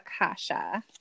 Akasha